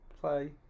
play